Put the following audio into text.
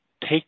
take